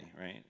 right